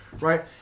right